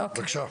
בבקשה.